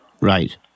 right